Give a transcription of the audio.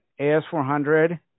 AS400